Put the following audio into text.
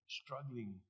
struggling